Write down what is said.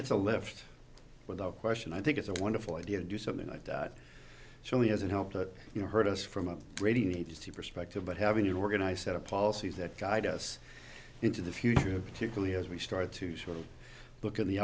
it's a left without question i think it's a wonderful idea to do something like that so he doesn't help that you know hurt us from a rating agency perspective but having you organize a set of policies that guide us into the future particularly as we start to sort of look at the